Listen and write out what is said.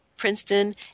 Princeton